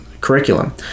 curriculum